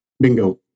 bingo